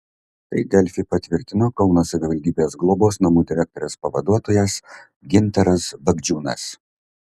tai delfi patvirtino kauno savivaldybės globos namų direktorės pavaduotojas gintaras bagdžiūnas